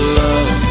love